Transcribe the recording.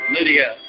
Lydia